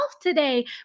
today